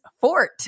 Fort